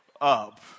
up